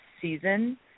season